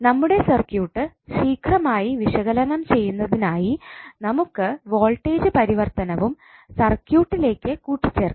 നമ്മുടെ സർക്യൂട്ട് ശീഘ്രമായി വിശകലനം ചെയ്യുന്നതിനായി നമുക്ക് വോൾട്ടേജ് പരിവർത്തനവും സർക്യൂട്ട് ലേക്ക് കൂട്ടിച്ചേർക്കാം